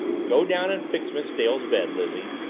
go down and fix miss dale's bed, lizzie.